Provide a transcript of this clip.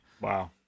Wow